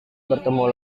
bertemu